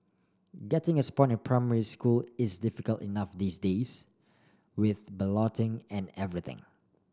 getting a spot in primary school is difficult enough these days with balloting and everything